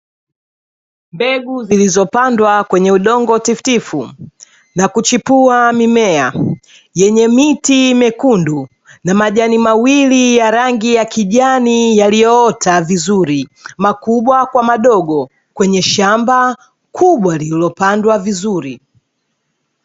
Mbegu zilizopandwa kwenye udongo tifutifu, na kuchipua mimea yenye miti mekundu na majani mawili ya rangi ya kijani yaliyoota vizuri; makubwa kwa madogo, kwenye shamba kubwa lililopandwa vizuri.